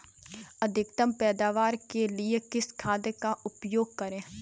अधिकतम पैदावार के लिए किस खाद का उपयोग करें?